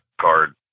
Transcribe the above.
card